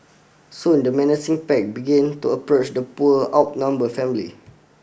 soon the menacing pack began to approach the poor outnumber family